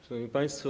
Szanowni Państwo!